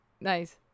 Nice